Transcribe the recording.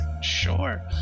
sure